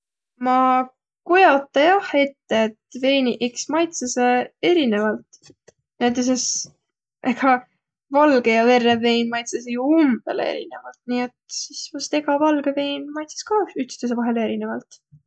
Ma kujota jah ette, et veiniq maitsõsõq iks erinevält. Näütüses ega valgõ ja verrev vein maitsõsõq jo umbõlõ erinevält. Nii et sis vast egä valgõ vein maitsõs ka ütstõõsõ vahel erinevält.